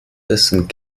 dessen